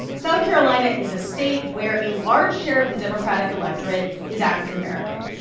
south carolina is a state where a large share of the democratic electorate is african american.